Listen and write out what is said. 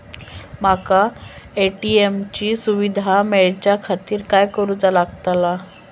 माका ए.टी.एम ची सुविधा मेलाच्याखातिर काय करूचा लागतला?